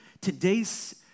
Today's